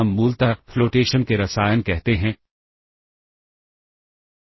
तो पुशिंग के दौरान एक स्टैक घटते क्रम में ऑपरेट होता है और उसके बाद स्टाइल स्टोर होता है